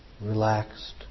Relaxed